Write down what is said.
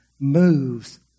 moves